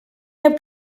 heb